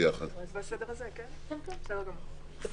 בוקר טוב, תודה רבה.